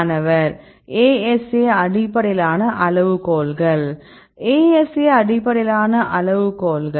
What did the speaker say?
மாணவர் ASA அடிப்படையிலான அளவுகோல்கள்